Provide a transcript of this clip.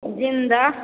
ज़िन्दा